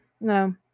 no